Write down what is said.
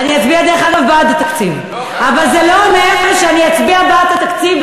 דרך אגב, אני אצביע בעד התקציב.